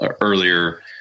earlier